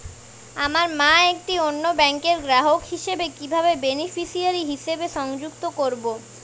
আমার মা একটি অন্য ব্যাংকের গ্রাহক হিসেবে কীভাবে বেনিফিসিয়ারি হিসেবে সংযুক্ত করব?